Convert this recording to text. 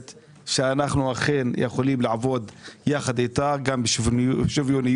שאנו יכולים לעבוד יחד איתה גם בשוויוניות,